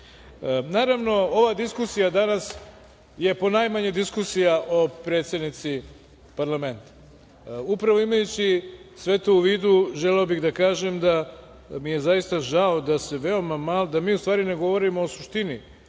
celini. Naravno, ova diskusija danas je ponajmanje diskusija o predsednici parlamenta, upravo imajući sve to u vidu želeo bih da kažem da mi je zaista žao da se veoma, da mi u stvari ne govorimo o suštini